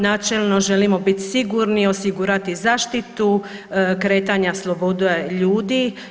Načelno želimo biti sigurni, osigurati zaštitu kretanja slobode ljudi.